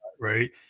right